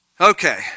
Okay